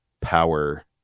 power